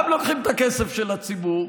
גם לוקחים את הכסף של הציבור,